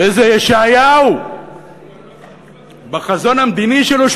וזה ישעיהו בחזון המדיני שלו,